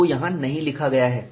जो यहाँ नहीं लिखा गया है